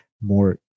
more